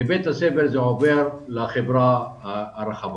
מבית הספר זה עובר לחברה הרחבה.